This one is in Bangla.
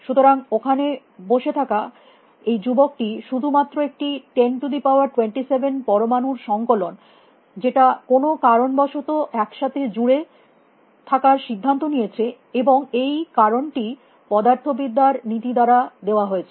সুতরাং ওখানে বসে থাকা এই যুবক টি শুধুমাত্র একটি 1027 পরমাণুর সংকলন যেটা কোনো কারণবশত একসাথে জুড়ে থাকার সিদ্ধান্ত নিয়েছে এবং এই কারণটি পদার্থবিদ্যা র নীতি দ্বারা দেওয়া হয়েছে